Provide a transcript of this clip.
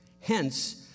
Hence